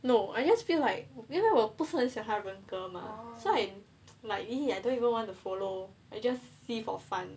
no I just feel like 因为我不是很喜欢她的人格 lah so I like I don't even want to follow I just see for fun